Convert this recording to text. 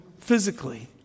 physically